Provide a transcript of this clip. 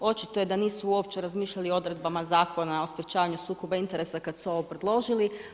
Očito je da nisu uopće razmišljali o odredbama Zakona o sprječavanju sukoba interesa kad su ovo predložili.